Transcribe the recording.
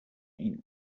این